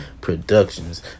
Productions